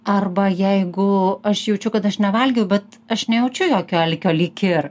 arba jeigu aš jaučiu kad aš nevalgiau bet aš nejaučiu jokio alkio lyg ir